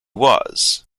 was